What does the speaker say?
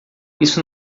isso